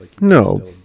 no